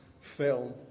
film